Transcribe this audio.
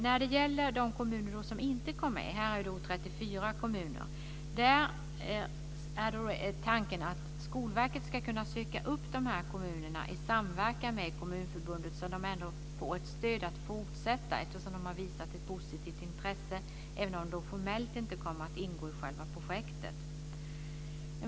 När det gäller de kommuner som inte kom med - i projektet deltar 34 kommuner - är tanken att Skolverket ska kunna söka upp kommunerna i samverkan med Kommunförbundet, så att de får ett stöd att fortsätta eftersom de har visat ett positivt intresse, även om de formellt inte kommer att ingå i själva projektet.